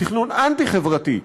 תכנון אנטי-חברתי,